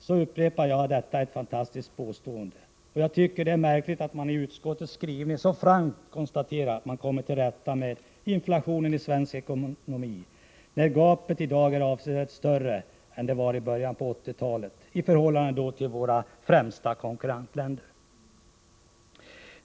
Jag upprepar att detta är ett fantastiskt påstående, och jag tycker att det är märkligt att man i utskottets skrivning så frankt konstaterar att man har kommit till rätta med inflationen i svensk ekonomi, när gapet i dag är avsevärt större än det var i början på 1980-talet i förhållande till våra främsta konkurrentländer.